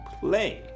play